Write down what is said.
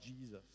Jesus